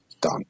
done